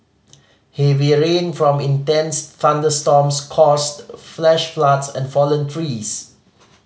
heavy rain from intense thunderstorms caused flash floods and fallen trees